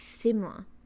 similar